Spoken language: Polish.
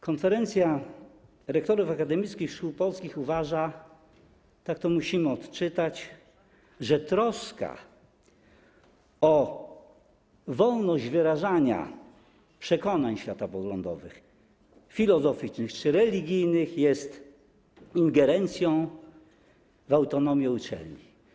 Konferencja Rektorów Akademickich Szkół Polskich uważa - tak to musimy odczytać - że troska o wolność wyrażania przekonań światopoglądowych, filozoficznych czy religijnych jest ingerencją w autonomię uczelni.